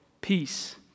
peace